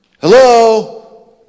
Hello